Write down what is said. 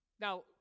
Now